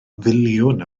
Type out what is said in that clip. filiwn